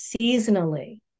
seasonally